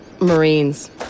Marines